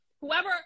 whoever